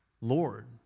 Lord